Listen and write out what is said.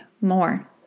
more